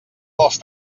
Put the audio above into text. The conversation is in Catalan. dels